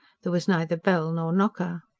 there was neither bell nor knocker.